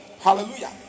Hallelujah